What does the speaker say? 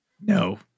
No